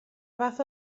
fath